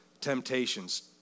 temptations